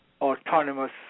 autonomous